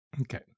Okay